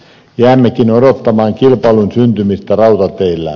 jäämmekin odottamaan kilpailun syntymistä rautateillä